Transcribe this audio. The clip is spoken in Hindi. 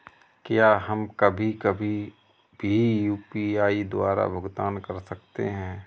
क्या हम कभी कभी भी यू.पी.आई द्वारा भुगतान कर सकते हैं?